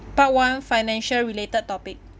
part one financial related topic